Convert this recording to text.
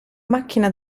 macchina